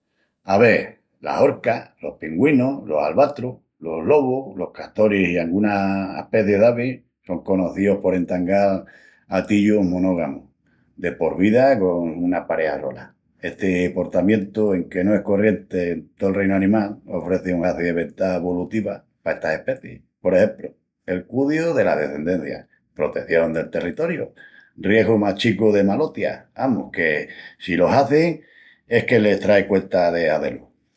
Ave, las orcas, los pingüinus, los albatrus, los lobus, los castoris i angunas aspecis d'avis, son conocíus por entangal atillus monógamus de por vida con una pareja sola. Esti portamientu, enque no es corrienti en tol reinu animal, ofreci un haci de ventajas volutivas pa estas especis, por exempru, el cudiu dela descendencia, proteción del territoriu, riesgu más chicu de malotias, amus, que si lo hazin es que les trai cuenta de hazé-lu.